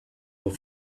will